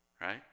right